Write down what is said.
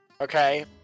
Okay